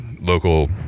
local